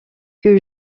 que